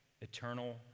eternal